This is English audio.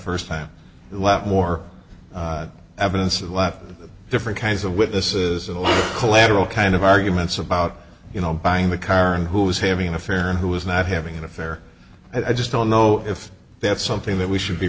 first time left more evidence of life different kinds of witnesses and a lot collateral kind of arguments about you know buying the car and who was having an affair and who was not having an affair i just don't know if that's something that we should be